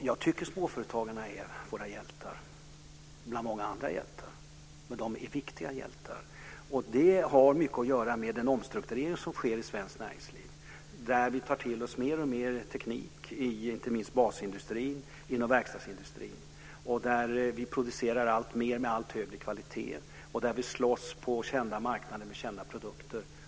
Jag tycker att småföretagarna är våra hjältar - bland många andra hjältar. De är viktiga hjältar. Det har mycket att göra med den omstrukturering som sker i svenskt näringsliv, där vi tar till oss mer och mer teknik, inte minst i basindustrin, inom verkstadsindustrin. Vi producerar alltmer med allt högre kvalitet. Vi slåss på kända marknader med kända produkter.